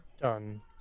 done